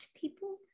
people